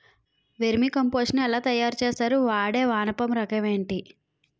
Vermi compost ఎలా తయారు చేస్తారు? వాడే వానపము రకం ఏంటి?